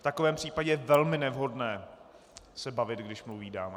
V takovém případě je velmi nevhodné se bavit, když mluví dáma.